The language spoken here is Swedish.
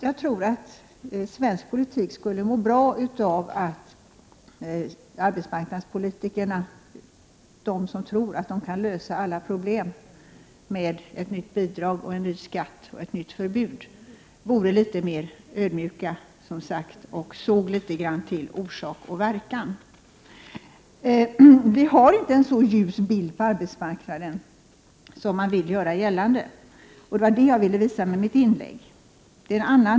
Jag tror att svensk politik skulle må bra av att arbetsmarknadspolitikerna — de som tror att man kan lösa alla problem med ett nytt bidrag, en ny skatt eller ett nytt förbud — vore litet mera ödmjuka och såg litet grand till orsak och verkan. Vi har inte en så ljus situation på arbetsmarknaden som man vill göra gällande. Det var det jag ville visa med mitt inlägg.